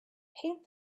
paint